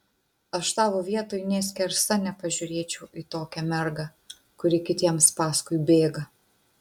aš tavo vietoj nė skersa nepažiūrėčiau į tokią mergą kuri kitiems paskui bėga